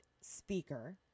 speaker